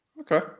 Okay